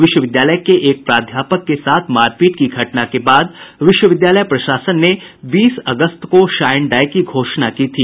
विश्वविद्यालय के एक प्राध्यापक के साथ मार पीट की घटना के बाद विद्यालय प्रशासन ने बीस अगस्त को शाइन डाय की घोषणा की थी